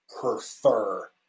prefer